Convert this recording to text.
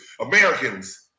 Americans